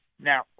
Now